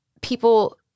people